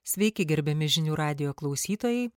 sveiki gerbiami žinių radijo klausytojai